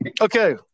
Okay